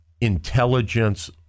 intelligence